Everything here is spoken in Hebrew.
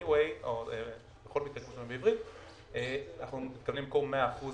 בכל מקרה אנחנו מתכוונים למכור 100%